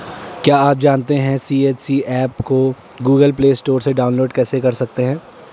क्या आप जानते है सी.एच.सी एप को गूगल प्ले स्टोर से डाउनलोड कर सकते है?